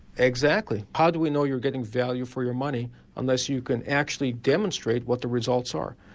exactly, how do we know you're getting value for your money unless you can actually demonstrate what the results are?